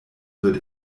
wird